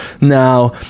now